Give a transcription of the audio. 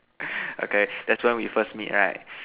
okay that's how we first meet right